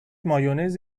مایونز